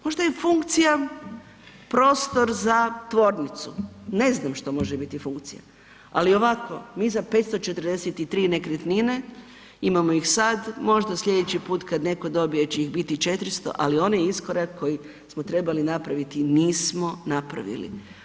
Možda je funkcija prostor za tvornicu, ne znam što može biti funkcija, ali ovako mi za 543 nekretnine, imamo ih sada, možda sljedeći put kada netko dobije će ih biti 400, ali onaj iskorak koji smo trebali napraviti nismo napravili.